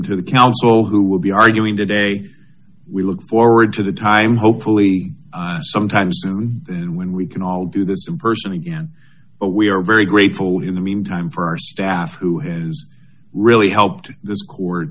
to the council who will be arguing today we look forward to the time hopefully some time soon when we can all do this person again we are very grateful in the meantime for our staff who has really helped this court